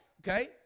okay